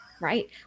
Right